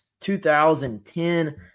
2010